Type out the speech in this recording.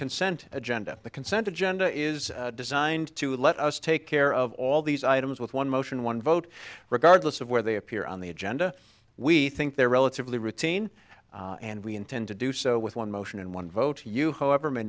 consent agenda the consent agenda is designed to let us take care of all these items with one motion one vote regardless of where they appear on the agenda we think they're relatively routine and we intend to do so with one motion and one vote you however may